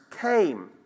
came